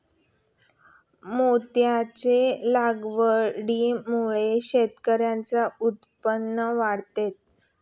मोत्यांच्या लागवडीमुळे शेतकऱ्यांचे उत्पन्न वाढते